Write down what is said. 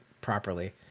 properly